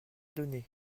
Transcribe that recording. donné